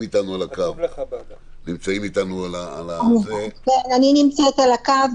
אתנו על הקו --- אני נמצאת על קו,